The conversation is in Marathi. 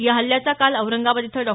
या हल्ल्याचा काल औरंगाबाद इथं डॉ